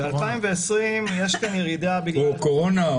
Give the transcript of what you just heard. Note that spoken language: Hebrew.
ב-2020 יש כאן ירידה --- קורונה?